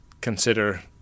consider